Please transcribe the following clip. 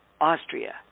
Austria